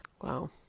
Wow